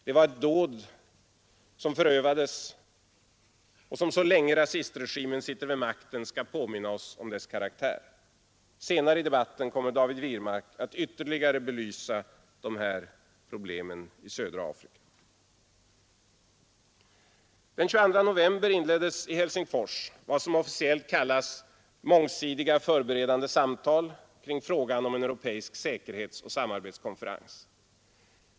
Det dåd som då förövades kommer så länge rasistregimen sitter vid makten att påminna oss om dess karaktär. David Wirmark kommer senare i debatten att ytterligare belysa dessa problem i södra Afrika. Den 22 november 1972 inleddes i Helsingfors vad som officiellt kallas ”mångsidiga förberedande samtal kring frågan om en europeisk säkerhetsoch samarbetskonferens”.